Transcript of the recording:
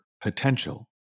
potential